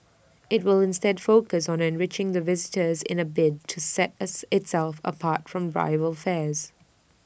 IT will instead focus on enriching the visitor's in A bid to set as itself apart from rival fairs